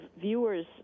viewers